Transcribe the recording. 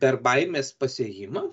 per baimės pasėjimą